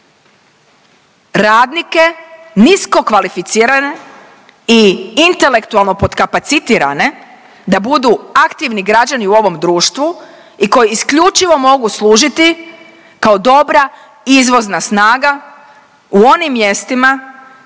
radnike nisko kvalificirane i intelektualno podkapacitirate da budu aktivni građani u ovom društvu i koji isključivo mogu služiti kao dobra izvozna snaga u onim mjestima